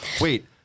Wait